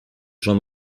jean